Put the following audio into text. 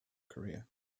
career